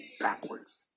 backwards